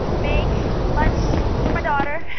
make lunch for my daughter,